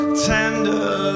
tender